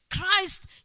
Christ